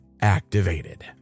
activated